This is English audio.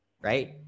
right